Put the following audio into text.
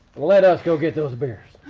let us go get those beers.